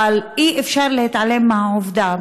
אבל אי-אפשר להתעלם מהעובדה,